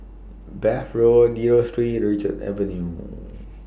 Bath Road Dio Street and Richards Avenue